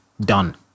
done